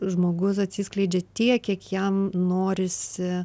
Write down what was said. žmogus atsiskleidžia tiek kiek jam norisi